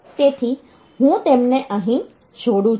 તેથી હું તેમને અહીં જોડું છું